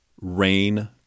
rain